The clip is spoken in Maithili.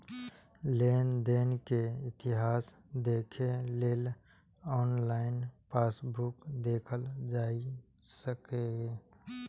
लेनदेन के इतिहास देखै लेल ऑनलाइन पासबुक देखल जा सकैए